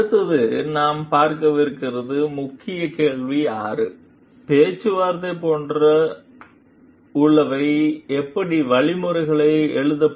அடுத்து நாம் பார்க்கவிருக்கும் முக்கிய கேள்வி 6 பேச்சுவார்த்தை போன்ற உள்ளன எப்படி வழிமுறைகளை எழுதப்பட்ட